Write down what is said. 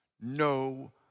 no